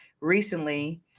recently